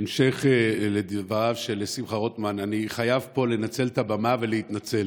בהמשך לדבריו של שמחה רוטמן אני חייב פה לנצל את הבמה ולהתנצל.